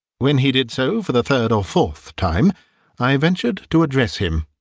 when he did so for the third or fourth time i ventured to address him.